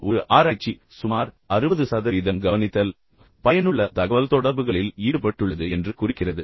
எனவே ஒரு ஆராய்ச்சி சுமார் 60 சதவீதம் கவனிப்பது பயனுள்ள தகவல்தொடர்புகளில் ஈடுபட்டுள்ளது என்பதைக் குறிக்கிறது